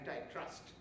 antitrust